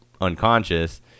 unconscious